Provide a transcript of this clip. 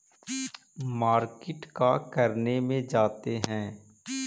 Market का करने जाते हैं?